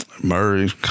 Murray